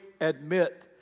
admit